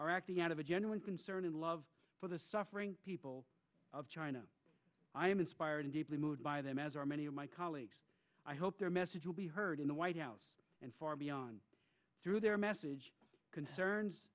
are acting out of a genuine concern and love for the suffering people of china i am inspired and deeply moved by them as are many of my colleagues i hope their message will be heard in the white house and far beyond through their message concerns